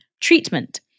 treatment